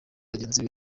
bagenzi